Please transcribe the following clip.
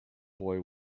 boy